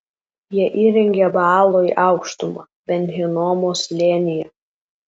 jie įrengė baalui aukštumą ben hinomo slėnyje